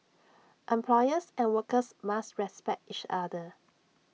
employers and workers must respect each other